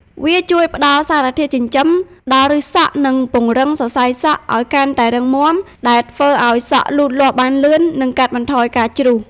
វាជួយផ្ដល់ សារធាតុចិញ្ចឹម ដល់ឫសសក់ និង ពង្រឹងសរសៃសក់ ឱ្យកាន់តែរឹងមាំ ដែលធ្វើឱ្យសក់លូតលាស់បានលឿន និងកាត់បន្ថយការជ្រុះ។